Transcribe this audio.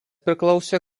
priklausė